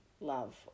love